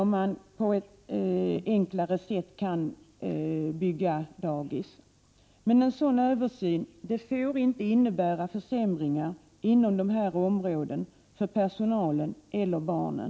Men en sådan översyn får inte innebära försämringar inom dessa områden för personalen eller barnen.